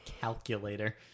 calculator